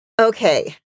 Okay